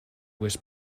was